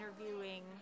interviewing